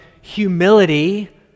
humility